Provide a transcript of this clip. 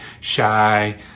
shy